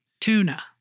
tuna